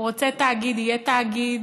הוא רוצה תאגיד, יהיה תאגיד,